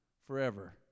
forever